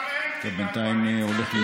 מותר להן, הקואליציה, חברות הכנסת מכולנו?